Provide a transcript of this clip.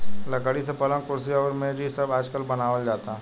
लकड़ी से पलंग, कुर्सी अउरी मेज़ इ सब आजकल बनावल जाता